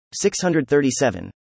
637